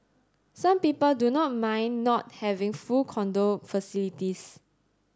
some people do not mind not having full condo facilities